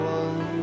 one